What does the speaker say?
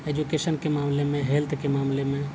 education کے معاملے میں ہیلتھ کے معاملے میں